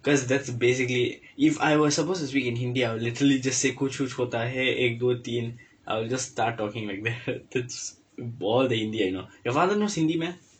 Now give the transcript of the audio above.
because that's basically if I was supposed to speak in hindi I'll literally just say I'll just start talking like that that's all the hindi I know your father knows hindi meh